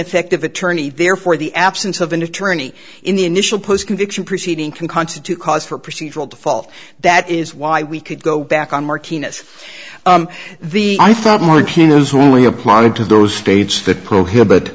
effective attorney therefore the absence of an attorney in the initial post conviction proceeding can constitute cause for procedural default that is why we could go back on murkiness the i thought martino's only applied to those states that prohibit